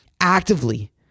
actively